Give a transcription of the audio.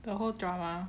the whole drama